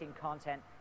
content